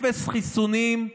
אפס חיסונים.